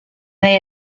they